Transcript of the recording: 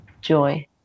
joy